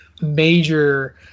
major